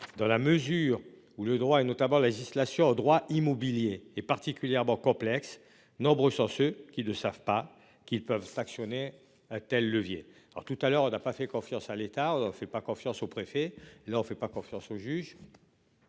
Dans la mesure où le droit et notamment la législation au droit immobilier est particulièrement complexe, nombreux sont ceux qui ne savent pas qu'ils peuvent sanctionner a-t-elle levier alors tout à l'heure, on n'a pas fait confiance à l'État ne fait pas confiance aux préfets. En fait pas confiance au juge.